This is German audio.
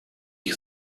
ich